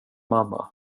mamma